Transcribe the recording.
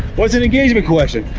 what's an engagement question?